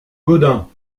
gaudin